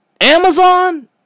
Amazon